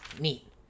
Neat